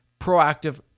proactive